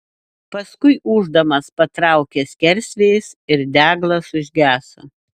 paskui ūždamas patraukė skersvėjis ir deglas užgeso